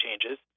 changes